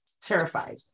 terrified